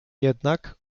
jednak